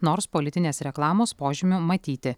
nors politinės reklamos požymių matyti